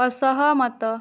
ଅସହମତ